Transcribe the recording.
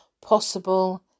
possible